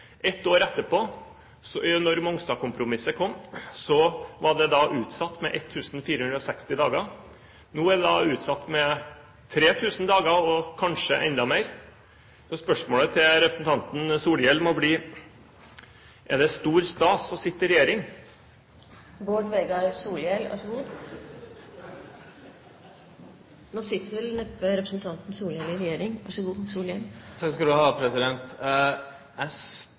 år etterpå, da Mongstad-kompromisset kom, var det utsatt med 1 460 dager. Nå er det utsatt med 3 000 dager, og kanskje enda mer. Spørsmålet til representanten Solhjell må bli: Er det stor stas å sitte i regjering? Nå sitter vel neppe representanten Solhjell